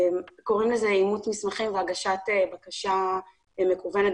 קוראים לזה אימות מסמכים או הגשת בקשה מקוונת,